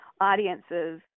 audiences